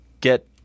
get